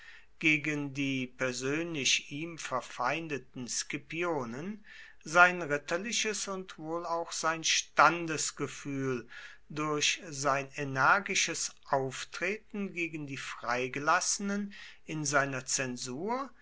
gegen die persönlich ihm verfeindeten scipionen sein ritterliches und wohl auch sein standesgefühl durch sein energisches auftreten gegen die freigelassenen in seiner zensur